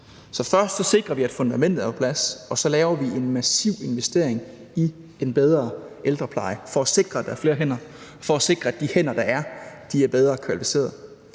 Så først sikrer vi, at fundamentet er på plads, og så laver vi en massiv investering i en bedre ældrepleje for at sikre, at der er flere hænder, og for at sikre, at medarbejderne er bedre kvalificeret.